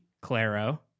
Claro